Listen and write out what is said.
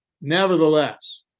nevertheless